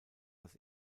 das